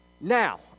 Now